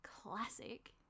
classic